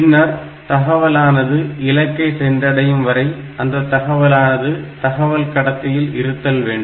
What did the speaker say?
பின்னர் தகவலானது இலக்கை சென்றடையும் வரை அந்த தகவலானது தகவல் கடத்தியில் இருத்தல் வேண்டும்